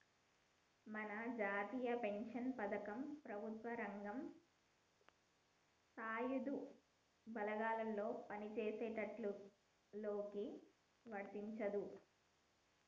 మన జాతీయ పెన్షన్ పథకం ప్రభుత్వ రంగం సాయుధ బలగాల్లో పని చేసేటోళ్ళకి వర్తించదు